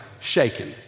shaken